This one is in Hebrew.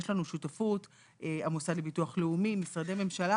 יש לנו שותפות עם המוסד לביטוח לאומי ועם משרדי הממשלה